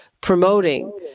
promoting